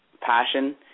passion